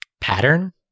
Pattern